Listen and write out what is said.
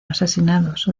asesinados